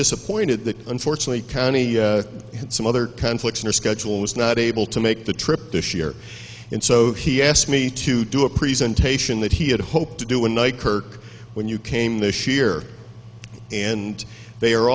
disappointed that unfortunately county and some other conflicts in our schedule was not able to make the trip this year and so he asked me to do to a presentation that he had hoped to do a night kirk when you came this year and they are